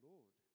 Lord